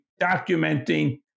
documenting